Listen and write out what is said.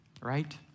right